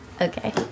Okay